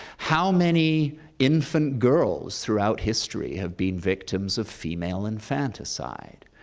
how many infant girls throughout history have been victims of female infanticide?